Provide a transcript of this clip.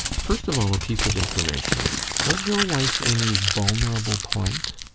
first of all a piece of information has your wife any vulnerable point?